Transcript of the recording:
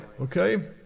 okay